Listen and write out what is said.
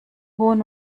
hohen